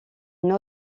une